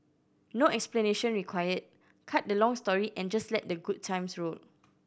no explanation required cut the long story and just let the good times roll